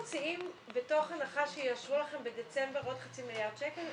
אתם מוציאים מתוך הנחה שיאשרו לכם בדצמבר עוד חצי מיליארד שקלים,